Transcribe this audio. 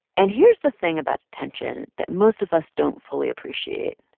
and here's the thing about attention that most of us don't fully appreciate.